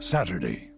Saturday